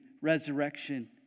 resurrection